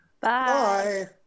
Bye